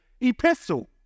epistle